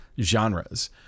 genres